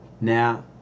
now